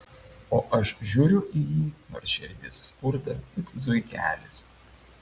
o aš žiūriu į jį nors širdis spurda it zuikelis